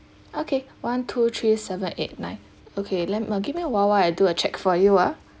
okay one two three seven eight nine okay let uh me give me a while while I do a check for you ah